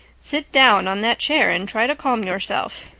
sit down on that chair and try to calm yourself.